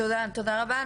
תודה רבה,